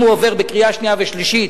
אם הוא עובר בקריאה שנייה ושלישית,